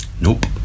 Nope